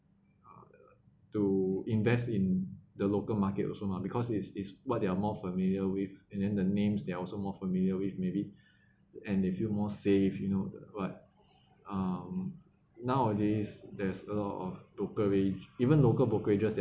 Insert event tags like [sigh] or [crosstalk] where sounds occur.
[noise] to invest in the local market also mah because is is what they are more familiar with and then the names they are also more familiar with maybe [breath] and they feel more safe you know but um nowadays there's a lot of brokerage even local brokerages